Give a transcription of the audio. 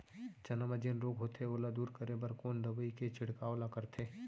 चना म जेन रोग होथे ओला दूर करे बर कोन दवई के छिड़काव ल करथे?